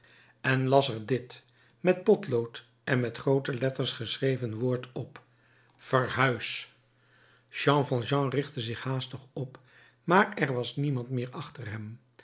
en las er dit met potlood en met groote letters geschreven woord op verhuis jean valjean richtte zich haastig op maar er was niemand meer achter hem